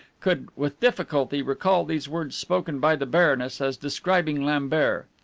could with difficulty recall these words spoken by the baroness as describing lambert,